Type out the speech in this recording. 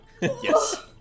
Yes